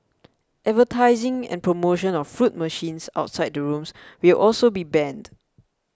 advertising and promotion of fruit machines outside the rooms will also be banned